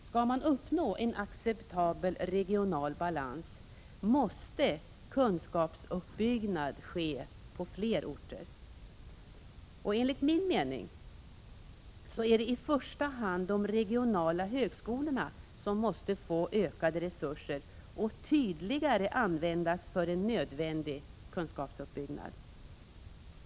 Skall acceptabel regional balans uppnås måste kunskapsuppbyggnad ske på fler orter. I första hand måste de regionala högskolorna få ökade resurser och tydligare användas för en nödvändig kunskapsuppbyggnad.